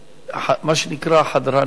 חדרניות